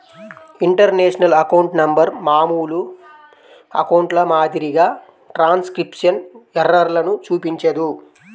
international account number మామూలు అకౌంట్ల మాదిరిగా ట్రాన్స్క్రిప్షన్ ఎర్రర్లను చూపించదు